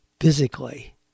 physically